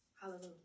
Hallelujah